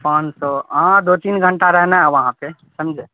پانچ سو ہاں دو تین گھنٹہ رہنا ہے وہاں پہ سمجھے